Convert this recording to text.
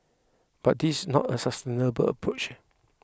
but this is not a sustainable approach